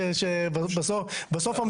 שבסוף,